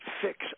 fix